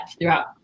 throughout